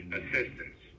assistance